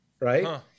right